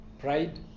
pride